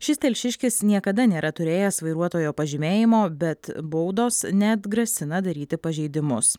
šis telšiškis niekada nėra turėjęs vairuotojo pažymėjimo bet baudos neatgrasina daryti pažeidimus